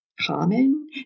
common